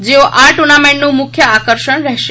જેઓ આ ટુર્નામેન્ટનું મુખ્ય આકર્ષણ રહેશે